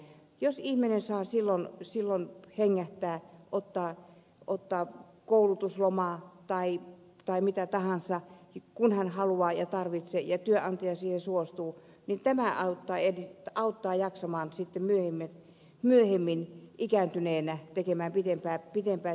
jos ihminen saa silloin tällöin hengähtää ottaa koulutuslomaa tai mitä tahansa kun hän haluaa ja tarvitsee ja työnantaja siihen suostuu niin tämä auttaa jaksamaan myöhemmin ikääntyneenä tekemään pitempää työuraa